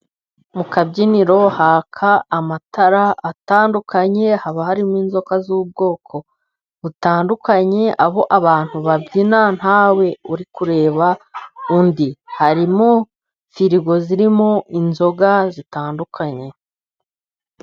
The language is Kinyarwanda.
Mu kabyiniro haka amatara atandukanye, haba harimo inzoga z'ubwoko butandukanye, abo abantu babyina nta we uri kureba undi, harimo firigo zirimo inzoga zitandukanye.